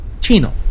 chino